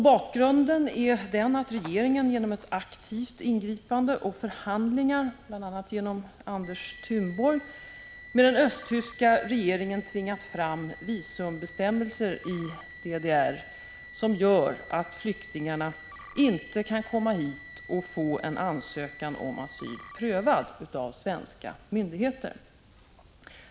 Bakgrunden till detta är att regeringen genom ett aktivt ingripande och förhandlingar med den östtyska regeringen, genom bl.a. Anders Thunborg, tvingade fram visumbestämmelser i DDR som gör att flyktingarna vid ankomsten till Sverige inte kan få en ansökan om asyl prövad av svenska myndigheter.